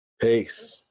peace